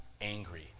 angry